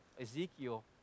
Ezekiel